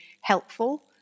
helpful